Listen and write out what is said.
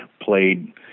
played